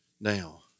now